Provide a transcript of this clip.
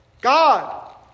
God